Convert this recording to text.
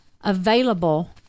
available